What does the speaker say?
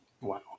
Wow